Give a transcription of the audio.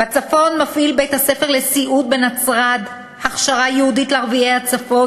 בצפון מפעיל בית-הספר לסיעוד בנצרת הכשרה ייעודית לערביי הצפון.